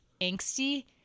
angsty